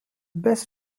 best